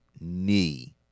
knee